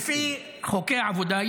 לפי חוקי העבודה,